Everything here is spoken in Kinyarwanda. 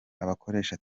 abakoresha